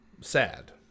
sad